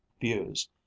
views